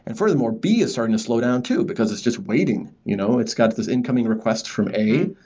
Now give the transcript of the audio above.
and furthermore, b is starting to slowdown too because it's just waiting. you know it's got this incoming request from a,